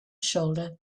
shoulder